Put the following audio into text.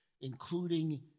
including